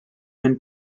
and